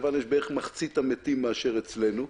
ביוון יש בערך מחצית מהמתים מאשר אצלנו,